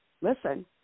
listen